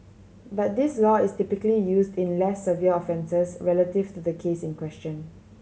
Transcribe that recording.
but this law is typically used in less severe offences relative to the case in question